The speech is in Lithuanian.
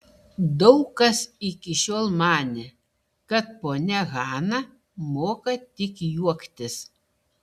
daug kas iki šiol manė kad ponia hana moka tik juoktis